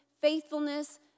faithfulness